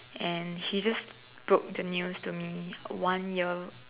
and he just broke the news to me one year